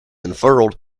unfurled